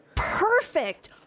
Perfect